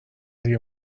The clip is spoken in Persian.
دیگه